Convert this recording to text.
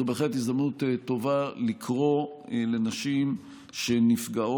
זו בהחלט הזדמנות טובה לקרוא לנשים שנפגעות